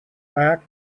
back